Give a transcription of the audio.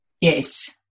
Yes